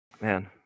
man